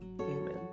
Amen